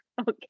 okay